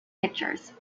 pictures